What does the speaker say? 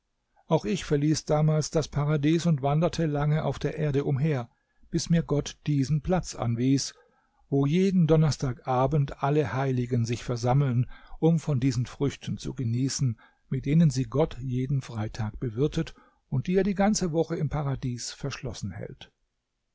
auch ich verließ damals das paradies und wanderte lange auf der erde umher bis mir gott diesen platz anwies wo jeden donnerstag abend alle heiligen sich versammeln um von diesen früchten zu genießen mit denen sie gott jeden freitag bewirtet und die er die ganze woche im paradies verschlossen hält